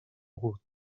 hagut